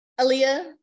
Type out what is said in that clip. Aaliyah